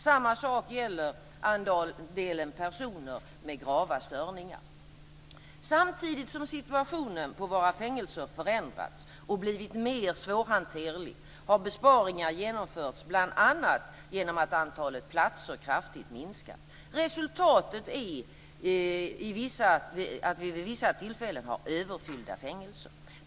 Samma sak gäller andelen personer med grava störningar. Samtidigt som situationen på våra fängelser förändrats och blivit mer svårhanterlig har besparingar genomförts bl.a. genom att antalet platser kraftigt minskat. Resultatet är att vi vid vissa tillfällen har överfyllda fängelser.